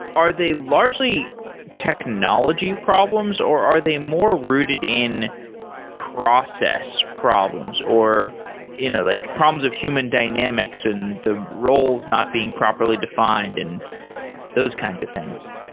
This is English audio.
are they largely technology problems or are they more rooted in process problems, or you know like problems of human dynamics and the roles not being properly defined and those kinds of things?